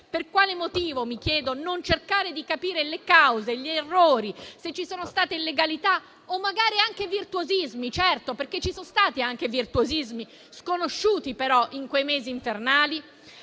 per quale motivo - mi chiedo - non cercare di capire le cause, gli errori, se ci sono state illegalità o magari anche virtuosismi - certo, perché ci sono stati anche virtuosismi - sconosciuti però in quei mesi invernali?